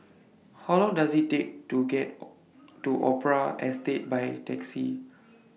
How Long Does IT Take to get to Opera Estate By Taxi